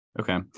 Okay